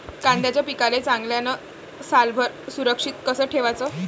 कांद्याच्या पिकाले चांगल्यानं सालभर सुरक्षित कस ठेवाचं?